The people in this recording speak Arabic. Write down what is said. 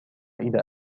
إلى